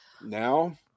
Now